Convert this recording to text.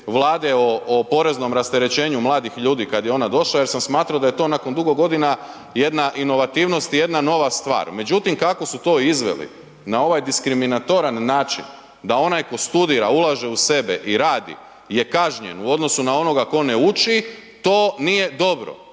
Vlade o poreznom rasterećenju mladih ljudi kad je ona došla jer sam smatrao da je to nakon dugo godina jedna inovativnost i jedna nova stvar, međutim kako su to izveli na ovaj diskriminatoran način da onaj ko studira, ulaže u sebe i radi je kažnjen u odnosu na onoga ko ne uči, to nije dobro,